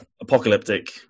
apocalyptic